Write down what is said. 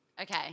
Okay